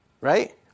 Right